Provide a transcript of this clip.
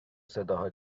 صداها